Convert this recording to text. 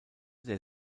der